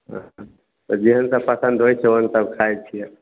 तऽ जेहन सभ पसन्द होइत छै ओहन सभ खाइत छियै